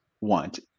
want